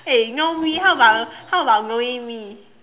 eh you know me how about how about knowing me